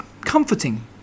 comforting